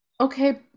Okay